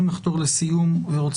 הרי